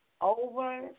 over